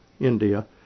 India